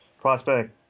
prospect